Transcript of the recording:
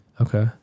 Okay